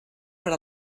per